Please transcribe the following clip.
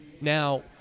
Now